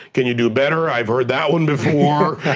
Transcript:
can you do better, i've heard that one before.